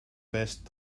best